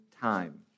time